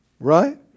Right